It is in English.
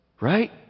right